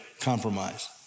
compromise